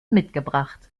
mitgebracht